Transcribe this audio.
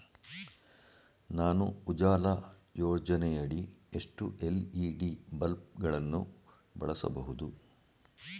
ನಾನು ಉಜಾಲ ಯೋಜನೆಯಡಿ ಎಷ್ಟು ಎಲ್.ಇ.ಡಿ ಬಲ್ಬ್ ಗಳನ್ನು ಬಳಸಬಹುದು?